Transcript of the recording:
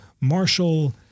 Marshall